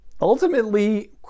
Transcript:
ultimately